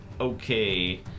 Okay